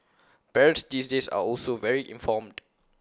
parents these days are also very informed